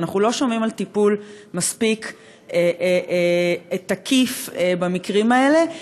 ואנחנו לא שומעים על טיפול מספיק תקיף במקרים האלה,